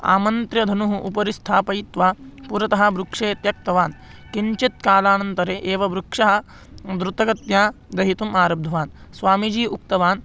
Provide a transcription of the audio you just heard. आमन्त्र्य धनुः उपरि स्थापयित्वा पुरतः वृक्षे त्यक्तवान् किञ्चित् कालानन्तरे एव वृक्षः द्रुतगत्या दग्धुम् आरब्धवान् स्वामीजी उक्तवान्